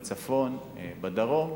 בצפון, בדרום.